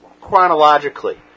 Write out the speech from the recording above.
chronologically